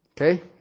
Okay